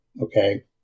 Okay